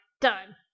done